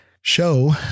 show